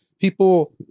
people